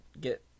get